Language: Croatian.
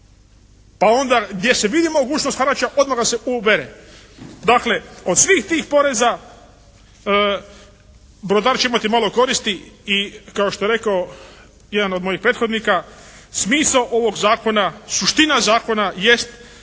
Pa onda gdje se vidi mogućnost harača, odmah ga se ubere. Dakle, od svih tih poreza brodar će imati malo koristi i kao što je rekao jedan od mojih prethodnika, smisao ovog zakona, suština zakona jest